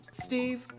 steve